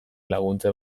laguntza